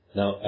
now